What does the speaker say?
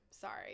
sorry